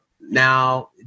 now